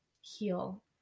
heal